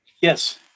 Yes